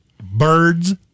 birds